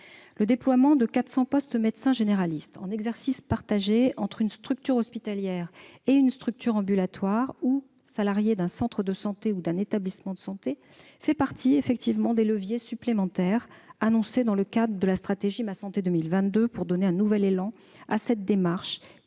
Le déploiement de 400 postes de médecin généraliste en exercice partagé entre une structure hospitalière et une structure ambulatoire ou le salariat dans un centre de santé ou un établissement de santé fait effectivement partie des leviers supplémentaires annoncés dans le cadre de la stratégie Ma santé 2022 pour donner un nouvel élan à cette démarche,